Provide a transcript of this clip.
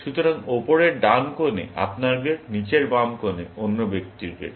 সুতরাং উপরের ডান কোণে আপনার গ্রেড নীচের বাম কোণে অন্য ব্যক্তির গ্রেড